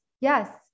yes